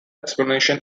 explanation